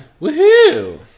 Woohoo